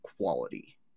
quality